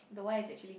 the why is actually